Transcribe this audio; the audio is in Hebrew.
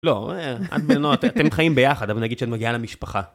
לא, את ונועה אתם חיים ביחד, אבל נגיד שאת מגיעה למשפחה.